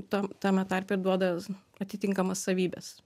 tam tame tarpe ir duoda atitinkamas savybes